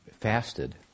fasted